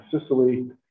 Sicily